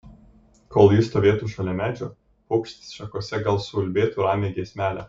kol ji stovėtų šalia medžio paukštis šakose gal suulbėtų ramią giesmelę